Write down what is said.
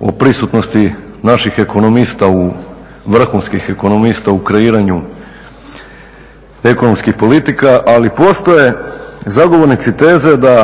o prisutnosti naših ekonomist, vrhunskih ekonomista u kreiranju ekonomskih politika, ali postoje zagovornici teze da